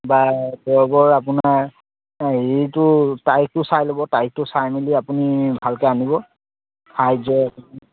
বা খবৰ আপোনাৰ হেৰিটো তাৰিখটো চাই ল'ব তাৰিখটো চাই মেলি আপুনি ভালকৈ আনিব সাহাৰ্য